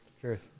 Cheers